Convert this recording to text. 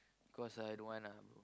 cause I don't want lah